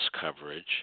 coverage